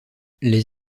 les